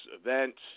events